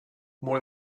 more